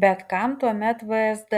bet kam tuomet vsd